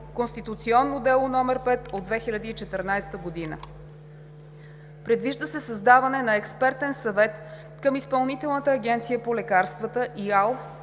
Конституционно дело № 5 от 2014 г. Предвижда се създаване на Експертен съвет към Изпълнителната агенция по лекарствата (ИАЛ),